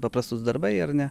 paprastus darbai ar ne